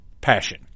passion